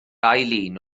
eileen